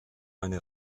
meine